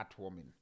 heartwarming